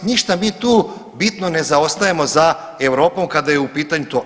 Ništa mi tu bitno ne zaostajemo za Europom kada je u pitanju to.